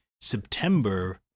September